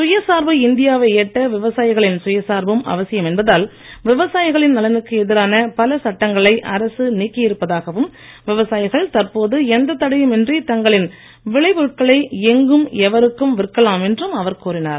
சுயசார்பு இந்தியா வை எட்ட விவசாயிகளின் சுயசார்பும் அவசியம் என்பதால் விவசாயிகளின் நலனுக்கு எதிரான பல சட்டங்களை அரசு நீக்கியிருப்பதாகவும் விவசாயிகள் தற்போது எந்தத் தடையும் இன்றி தங்களின் விளை பொருட்களை எங்கும் எவருக்கும் விற்கலாம் என்றும் அவர் கூறினார்